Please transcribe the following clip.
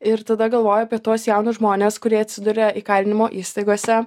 ir tada galvoju apie tuos jaunus žmones kurie atsiduria įkalinimo įstaigose